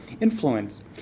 influence